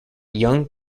young